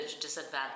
disadvantage